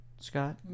Scott